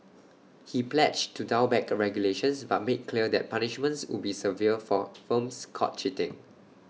he pledged to dial back regulations but made clear that punishments would be severe for firms caught cheating